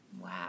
Wow